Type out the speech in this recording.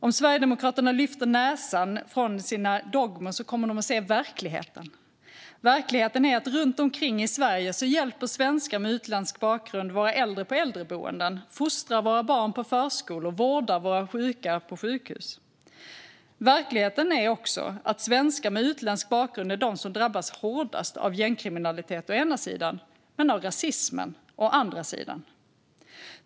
Om Sverigedemokraterna lyfter näsan från sina dogmer kommer de att se verkligheten. Verkligheten är att runt omkring i Sverige hjälper svenskar med utländsk bakgrund våra äldre på äldreboenden, fostrar våra barn på förskolor och vårdar våra sjuka på sjukhus. Verkligheten är också att svenskar med utländsk bakgrund är de som drabbas hårdast av gängkriminaliteten å ena sidan och rasismen å andra sidan.